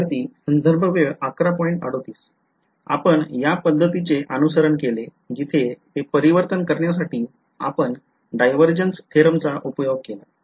विध्यार्थी आपण या पद्धतीचे अनुसरण केले जिथे ते परिवर्तन करण्यासाठी आपण divergence theorem चा उपयोग केला